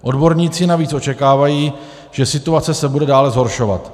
Odborníci navíc očekávají, že situace se bude dále zhoršovat.